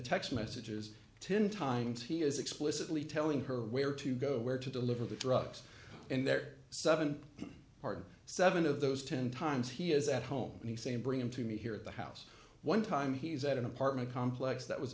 text messages ten times he is explicitly telling her where to go where to deliver the drugs and there seven are seven of those ten times he is at home and he same bring him to me here at the house one time he's at an apartment complex that was